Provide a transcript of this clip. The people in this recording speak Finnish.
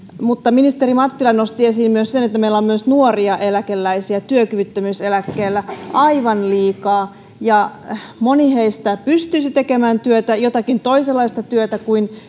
mutta ministeri mattila nosti esiin myös sen että meillä on myös nuoria eläkeläisiä työkyvyttömyyseläkkeellä aivan liikaa ja moni heistä pystyisi tekemään työtä jotakin toisenlaista työtä kuin